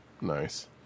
Nice